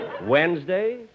Wednesday